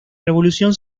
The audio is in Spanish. revolución